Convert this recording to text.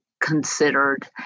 considered